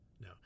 no